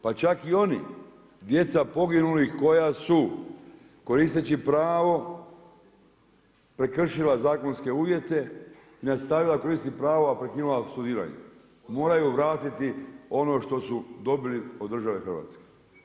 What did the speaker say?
Pa čak i oni djeca poginulih koja su koristeći pravo prekršila zakonske uvjete i nastavila koristiti pravo, a prekinula studiranje moraju vratiti ono što su dobili od države Hrvatske.